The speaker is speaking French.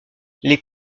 les